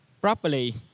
properly